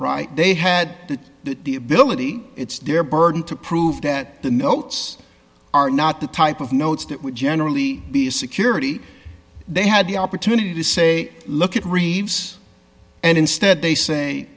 right they had the ability it's their burden to prove that the notes are not the type of notes that would generally be security they had the opportunity to say look at reeves and instead they say